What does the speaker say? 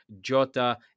Jota